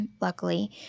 luckily